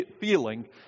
feeling